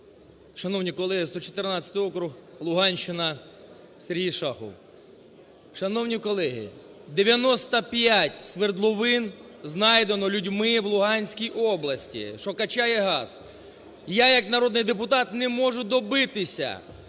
Шановні колеги, 114 округ, Луганщина, СергійШахов. Шановні колеги, 95 свердловин знайдено людьми в Луганській області, що качає газ. Я як народний депутат не можу добитися,